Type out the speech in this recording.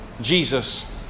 Jesus